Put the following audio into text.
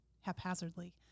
haphazardly